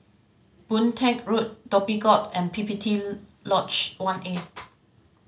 Boon Teck Road Dhoby Ghaut and P P T Lodge One A